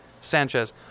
Sanchez